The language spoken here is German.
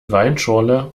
weinschorle